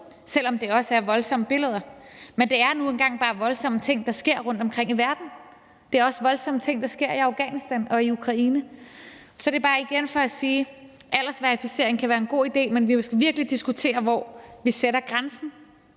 selv om det også er voldsomme billeder. Men det er nu engang bare voldsomme ting, der sker rundtomkring i verden. Det er også voldsomme ting, der sker i Afghanistan og i Ukraine. Så det er bare igen for at sige, at aldersverificering kan være en god idé, men vi må virkelig diskutere, hvor vi sætter grænsen.